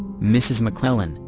mrs. mcclellan,